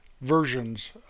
versions